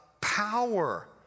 power